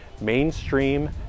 mainstream